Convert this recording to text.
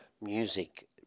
music